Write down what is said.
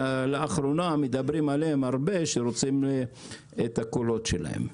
שלאחרונה מדברים עליהם הרבה כשרוצים את הקולות שלהם.